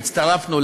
או הצטרפנו,